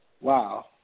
Wow